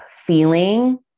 feeling